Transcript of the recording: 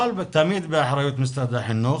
תמיד באחריות משרד החינוך,